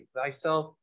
thyself